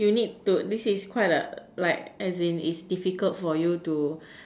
you need to this is quite a like as in it's difficult for you to